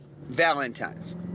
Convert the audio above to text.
Valentine's